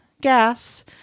gas